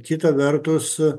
kita vertus